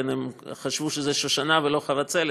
הם חשבו שזו שושנה ולא חבצלת,